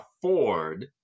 afford